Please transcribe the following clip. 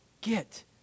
get